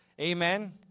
Amen